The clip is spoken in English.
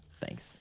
Thanks